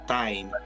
time